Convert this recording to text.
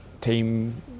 team